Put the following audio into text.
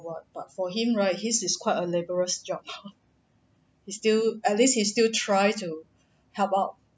what but for him right his is quite a laborious job he still at least he still try to help out